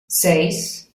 seis